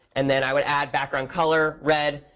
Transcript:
and then, i would add background color, red.